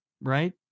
Right